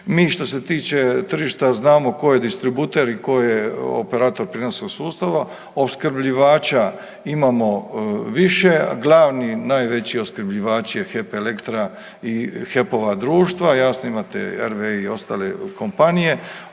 Mi što se tiče tržišta znamo tko je distributer i ko je operator prijenosa sustava, opskrbljivača imamo više, glavni najveći opskrbljivač je HEP Elektra i HEP-ova društva, jasno imate RWE i ostale kompanije,